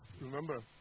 remember